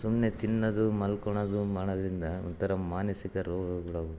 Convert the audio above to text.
ಸುಮ್ಮನೆ ತಿನ್ನೋದು ಮಲ್ಕೊಳದು ಮಾಡೋದ್ರಿಂದ ಒಂಥರ ಮಾನಸಿಕ ರೋಗಗಳು